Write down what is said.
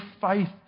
faith